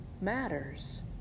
matters